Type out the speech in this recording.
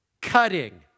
cutting